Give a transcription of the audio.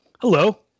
Hello